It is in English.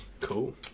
Cool